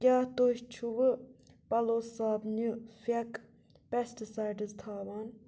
کیٛاہ تُہۍ چھِوٕ پلو صابنہِ پھٮ۪کھ پیسٹٕسایڈٕز تھاوان